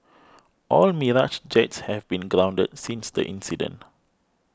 all Mirage jets have been grounded since the incident